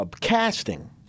Casting